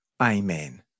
Amen